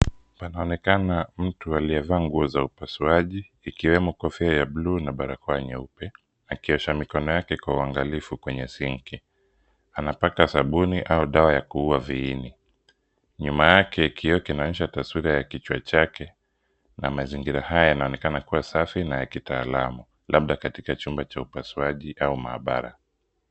Panaonekana mtu aliyevaa nguo za upasuaji, ikiwemo kofia ya bluu na barakoa nyeupe, akiosha mikono yake kwa uangalifu kwenye sinki. Anapaka sabuni au dawa ya kuua viini. Nyuma yake kioo kinaonyesha taswira ya kichwa chake na mazingira haya yanaonekana kuwa safi na ya kitaalamu, labda katika chumba cha upasuaji au maabara.